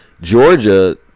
Georgia